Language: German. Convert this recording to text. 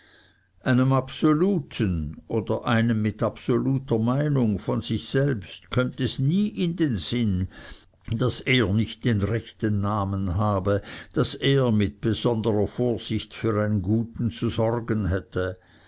einem absoluten oder einem mit absoluter meinung von sich selbsten kömmt es nie in sinn daß er nicht den rechten namen habe daß er mit besonderer vorsicht für einen guten zu sorgen hätte